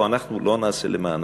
או אם אנחנו לא נעשה למענם.